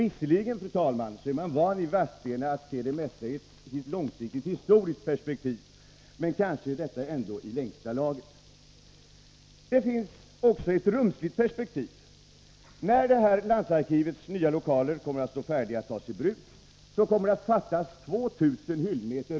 Visserligen är man i Vadstena van att se det mesta i ett långsiktigt, historiskt perspektiv, men kanske är detta ändå i längsta laget. Det finns också ett rumsligt perspektiv. Redan när landsarkivets nya lokaler står färdiga att tas i bruk kommer det att fattas 2 000 hyllmeter.